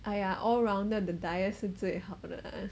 !aiya! all rounded the diet 是最好的